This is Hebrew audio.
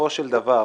בסופו של דבר,